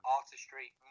artistry